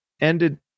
ended